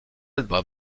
bob